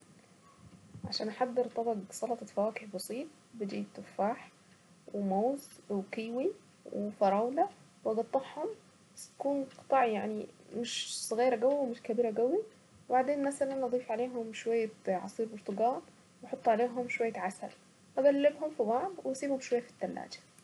عشان احضر طبق سلطة فواكه بسيط بجيب تفاح وموز وكيوي وفراولة واقطعهم كلهم قطع يعني مش صغيرة جوة ومش كبيرة قوي وبعدين مثلا اضيف عليهم شوية عصير برتقال واحط عليهم شوية عسل اقلبهم في بعض واسيبهم كويس.